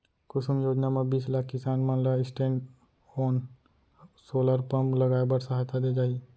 कुसुम योजना म बीस लाख किसान मन ल स्टैंडओन सोलर पंप लगाए बर सहायता दे जाही